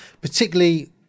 particularly